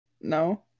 no